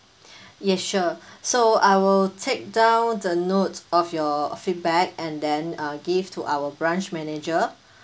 yes sure so I will take down the notes of your feedback and then then uh give to our branch manager